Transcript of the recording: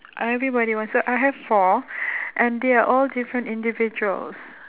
everybody wants so I have four and they are all different individuals